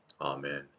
Amen